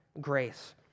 grace